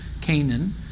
Canaan